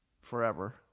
forever